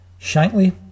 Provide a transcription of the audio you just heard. Shankly